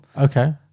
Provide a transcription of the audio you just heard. Okay